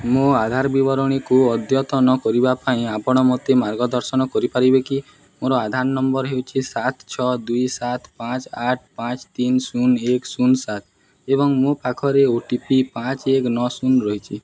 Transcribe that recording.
ମୋ ଆଧାର ବିବରଣୀକୁ ଅଦ୍ୟତନ କରିବା ପାଇଁ ଆପଣ ମୋତେ ମାର୍ଗ ଦର୍ଶନ କରିପାରିବେ କି ମୋର ଆଧାର ନମ୍ବର ହେଉଛି ସାତ ଛଅ ଦୁଇ ସାତ ପାଞ୍ଚ ଆଠ ପାଞ୍ଚ ତିନ ଶୂନ ଏକ ଶୂନ ସାତ ଏବଂ ମୋ ପାଖରେ ଓ ଟି ପି ପାଞ୍ଚ ଏକ୍ ନଅ ଶୂନ ରହିଛି